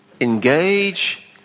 engage